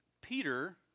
Peter